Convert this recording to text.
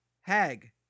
hag